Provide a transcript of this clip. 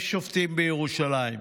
יש שופטים בירושלים.